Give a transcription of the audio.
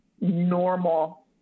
normal